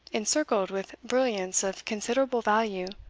encircled with brilliants of considerable value.